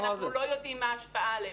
שאנחנו לא יודעים מה ההשפעה עליהם,